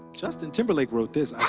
justin timberlake wrote this, i